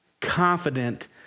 confident